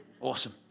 Awesome